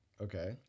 Okay